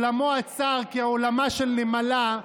כעולמה של נמלה,